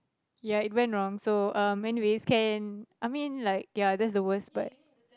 ya it went wrong so um anyways can I mean like ya that's the worst part